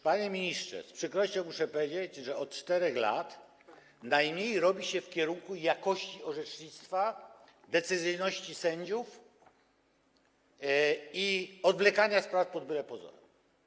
Panie ministrze, z przykrością muszę powiedzieć, że od 4 lat najmniej robi się w przypadku jakości orzecznictwa, decyzyjności sędziów i odwlekania spraw pod byle pozorem.